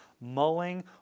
mulling